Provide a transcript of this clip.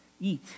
eat